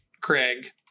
Craig